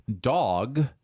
dog